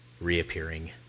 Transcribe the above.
reappearing